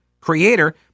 creator